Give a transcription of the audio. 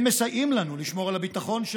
הם מסייעים לנו לשמור על הביטחון של